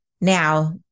Now